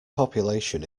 population